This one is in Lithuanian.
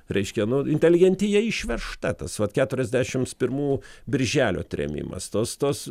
reiškia nu inteligentija išvežta tas vat keturiasdešims pirmų birželio trėmimas tos tos